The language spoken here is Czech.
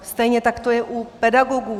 Stejně tak to je u pedagogů.